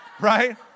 Right